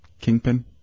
Kingpin